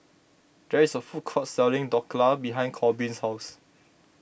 there is a food court selling Dhokla behind Korbin's house